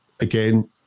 Again